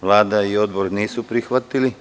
Vlada i odbor nisu prihvatili.